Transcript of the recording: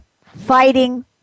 fighting